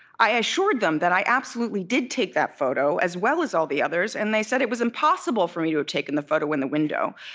i assured them that i absolutely did take that photo, as well as all the others, and they said it was impossible for me to have taken the photo in the window,